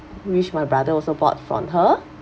which my brother also bought from her